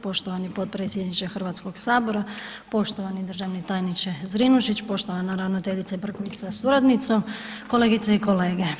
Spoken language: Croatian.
Poštovani potpredsjedniče Hrvatskog sabora, poštovani državni tajniče Zrinušić, poštovana ravnateljice … sa suradnicom, kolegice i kolege.